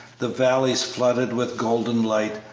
the valleys flooded with golden light,